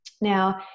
Now